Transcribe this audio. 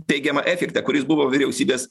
teigiamą efektą kuris buvo vyriausybės